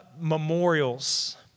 memorials